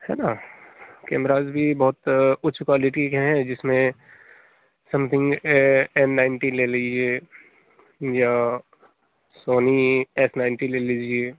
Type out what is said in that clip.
है ना कैमराज भी बहुत उच्च क्वालिटी के हैं जिसमें समथिंग एन नाइनटीन ले लीजिए या सोनी एस नाइनटीन ले लीजिए